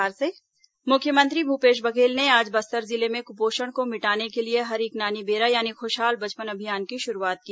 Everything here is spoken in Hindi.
मुख्यमंत्री बस्तर मुख्यमंत्री भूपेश बघेल ने आज बस्तर जिले में कुपोषण को मिटाने के लिए हरिक नानी बेरा यानी खुशहाल बचपन अभियान की शुरूआत की